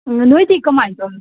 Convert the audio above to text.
ꯅꯣꯏꯗꯤ ꯀꯃꯥꯏꯅ ꯇꯧꯏ